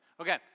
Okay